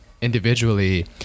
individually